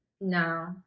no